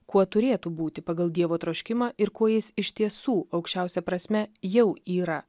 kuo turėtų būti pagal dievo troškimą ir kuo jis iš tiesų aukščiausia prasme jau yra